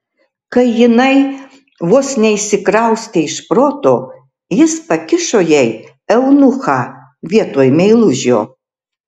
kai jinai vos neišsikraustė iš proto jis pakišo jai eunuchą vietoj meilužio